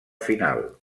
final